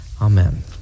Amen